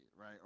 right